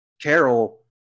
Carol